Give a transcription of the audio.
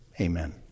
Amen